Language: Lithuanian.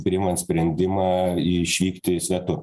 priimant sprendimą išvykti svetur